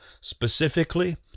specifically